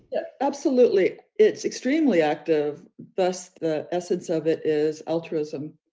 yeah absolutely. it's extremely active bus, the essence of it is altruism,